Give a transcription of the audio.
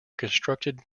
constructed